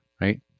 right